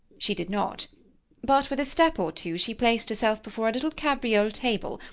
she did not but with a step or two she placed herself before a little cabriole-table,